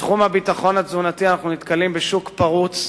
בתחום הביטחון התזונתי אנחנו נתקלים בשוק פרוץ,